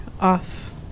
off